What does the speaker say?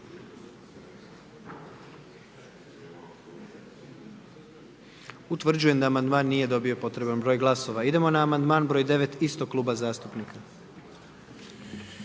Utvrđujem da amandman nije dobio potreban broj glasova. Idemo na amandman broj 2 istog zastupnika.